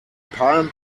palm